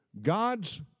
God's